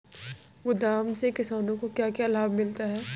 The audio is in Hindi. गोदाम से किसानों को क्या क्या लाभ मिलता है?